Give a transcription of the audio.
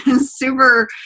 super